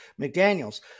McDaniels